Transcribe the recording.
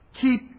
Keep